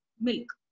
milk